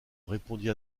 répondit